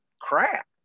crap